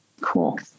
Cool